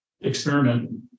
experiment